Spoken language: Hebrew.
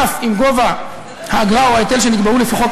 אף אם גובה האגרה או ההיטל שנקבעו לפי חוק